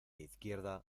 izquierda